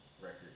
record